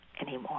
anymore